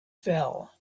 fell